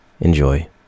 enjoy